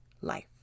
life